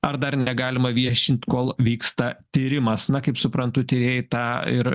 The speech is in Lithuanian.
ar dar negalima viešint kol vyksta tyrimas na kaip suprantu tyrėjai tą ir